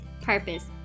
purpose